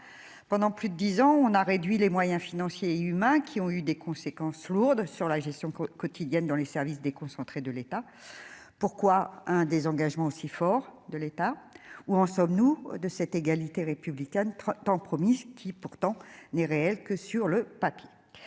pendant plus de 10 ans, on a réduit les moyens financiers et humains qui ont eu des conséquences lourdes sur la gestion quotidienne dans les services déconcentrés de l'État, pourquoi un désengagement aussi fort de l'État, où en sommes-nous de cette égalité républicaine tant promis, qui pourtant n'est réel que sur le papier,